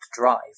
drive